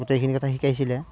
গোটেইখিনি কথা শিকাইছিলে